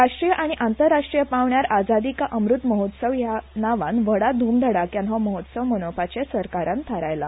राष्ट्रीय आनी आंतरराष्ट्रीय पावंड्यार आझादी का अमृत महोत्सव हया नावान व्हडा ध्मधडाक्यान हो महोत्सव मनोवपाचे सरकारान थारयला